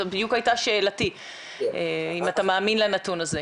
זו בדיוק הייתה שאלתי, אם אתה מאמין לנתון הזה.